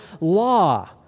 law